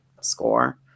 score